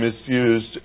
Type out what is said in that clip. misused